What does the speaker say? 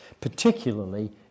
Particularly